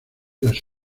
las